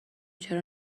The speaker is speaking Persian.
چرا